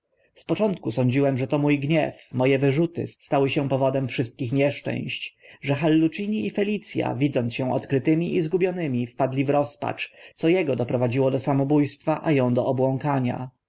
z początku sądziłem że to mó gniew mo e wyrzuty stały się powodem wszystkich nieszczęść że hallucini i felic a widząc się odkrytymi i zgubionymi wpadli w rozpacz co ego doprowadziła do samobó stwa a ą do obłąkania